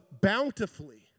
bountifully